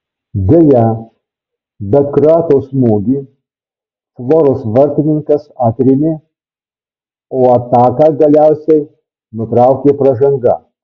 deja bet kroato smūgį floros vartininkas atrėmė o ataką galiausiai nutraukė pražanga